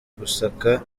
gusaka